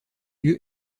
lieu